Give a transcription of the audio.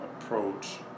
approach